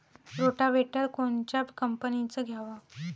Rotavator कोनच्या कंपनीचं घ्यावं?